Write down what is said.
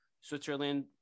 Switzerland